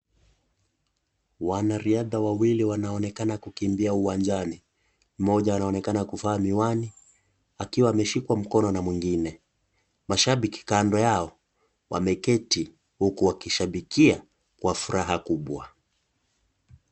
Wanariadha wawili wanaonekana kukimbia uwanjani. Mmoja anaonekana kuvaa miwani, akiwa ameshikwa mkono na mwingine. Mashabik kando yao wameketi huku wakishabikia, kwa furaha kubwa.